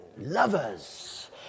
lovers